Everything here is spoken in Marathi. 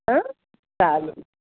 हं चालेल